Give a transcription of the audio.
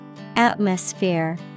Atmosphere